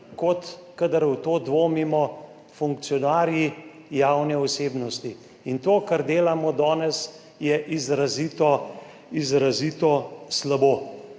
kot kadar v to dvomimo funkcionarji, javne osebnosti. To, kar delamo danes, je izrazito slabo.